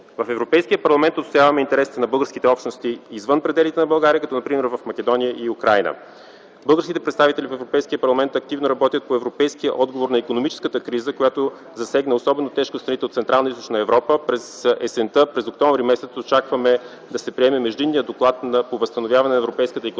В Европейския парламент отстояваме интересите на българските общности извън пределите на България, като например в Македония и Украйна. Българските представители в Европейския парламент активно работят по европейския отговор на икономическата криза, която засегна особено тежко страните от Централна и Източна Европа през есента. През м. октомври очакваме да се приеме междинния доклад по възстановяване на европейската икономика